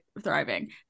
thriving